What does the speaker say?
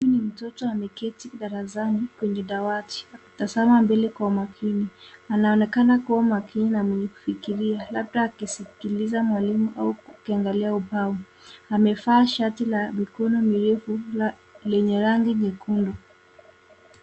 Huyu ni mtoto ameketi darasani kwenye dawati akitazama mbele kwa makini. Anaonekana kuwa makini na msikilivu labda akiskiliza mwalimu au akiangalia ubao. Amevaa shati la mikono mirefu lenye rangi nyekundu.